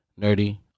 nerdy